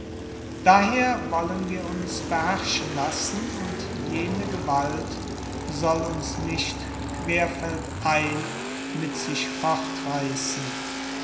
daher wollen wir uns beherrschen lassen und jene gewalt soll uns nicht querfeldein mit sich